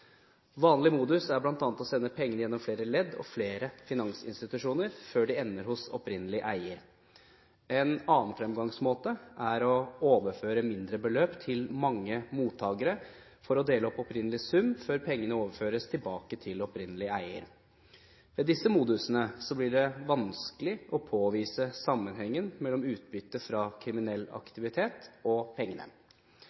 Vanlig modus er bl.a. å sende pengene gjennom flere ledd og flere finansinstitusjoner før de ender hos opprinnelig eier. En annen fremgangsmåte er å overføre mindre beløp til mange mottakere for å dele opp opprinnelig sum før pengene overføres tilbake til opprinnelig eier. Ved disse modusene blir det vanskelig å påvise sammenhengen mellom utbytte fra kriminell